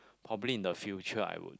probably in the future I would